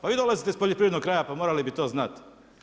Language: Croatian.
Pa vi dolazite iz poljoprivrednog kraja, pa morali bi to znati.